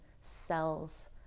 cells